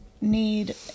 need